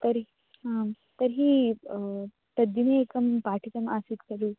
तर्हि आम् तर्हि तद्दिने एकं पाठितम् आसीत् खलु